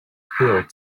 filth